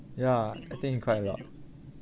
ya I think quite a lot